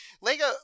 Lego